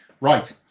Right